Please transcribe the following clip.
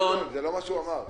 גדעון, זה לא מה שהוא אמר.